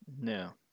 No